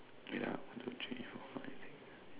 ya two three four